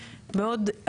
מאוד,